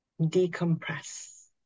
decompress